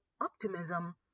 optimism